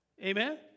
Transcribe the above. Amen